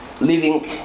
living